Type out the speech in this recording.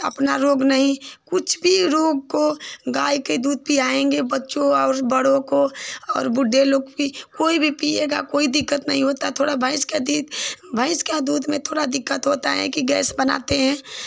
अपना रोग नहीं कुछ भी रोग को गाय का दूध पिलाएँगे बच्चों और बड़ों को और बूढ़े लोग भी कोई भी पिएगा कोई दिक्कत नहीं होती है थोड़ा भैंस के दूध भैंस के दूध में थोड़ी दिक्कत होती है कि गैस बनाता है